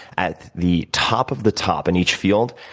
at the top of the top in each field,